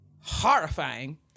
horrifying